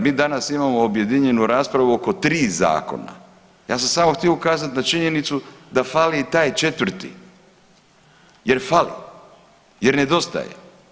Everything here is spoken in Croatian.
Mi danas imamo objedinjenu raspravu oko tri zakona, ja sam samo htio ukazati na činjenicu da fali i taj četvrti jer fali jer nedostajte.